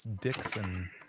Dixon